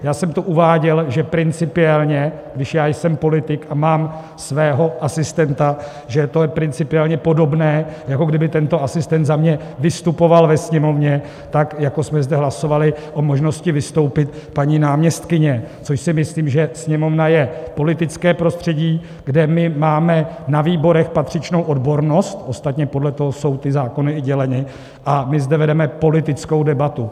Uváděl jsem to, že principiálně, když jsem politik a mám svého asistenta, že je to principiálně podobné, jako kdyby tento asistent za mě vystupoval ve Sněmovně tak, jako jsme zde hlasovali o možnosti vystoupení paní náměstkyně, což si myslím, že Sněmovna je politické prostředí, kde máme na výborech patřičnou odbornost, ostatně podle toho jsou ty zákony i děleny, a my zde vedeme politickou debatu.